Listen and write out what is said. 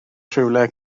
rhywle